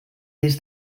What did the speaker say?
des